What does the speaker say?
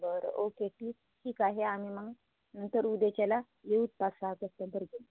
बरं ओके ठीक ठीक आहे आम्ही मग नंतर उद्याच्याला येऊत पाच सहा